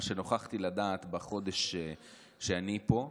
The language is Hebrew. מה שנוכחתי לדעת בחודש שאני פה.